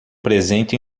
presente